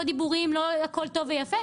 לא דיבורים ולא הכול טוב ויפה.